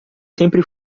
sempre